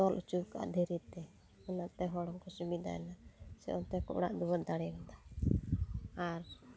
ᱛᱚᱞ ᱚᱪᱚᱣᱠᱟᱜᱼᱟ ᱫᱷᱤᱨᱤᱛᱮ ᱚᱱᱟᱛᱮ ᱦᱚᱲᱦᱚᱸ ᱠᱚ ᱥᱩᱵᱤᱫᱷᱟᱭᱱᱟ ᱥᱮ ᱚᱱᱛᱮ ᱨᱮᱠᱚ ᱚᱲᱟᱜ ᱫᱩᱣᱟᱹᱨ ᱫᱟᱲᱮᱭᱟᱫᱟ ᱟᱨ